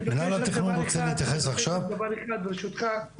אני מבקש רק דבר אחד ברשותך,